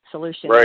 solution